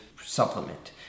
supplement